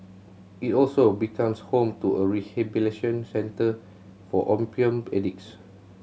it also becomes home to a rehabilitation centre for opium addicts